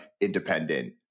independent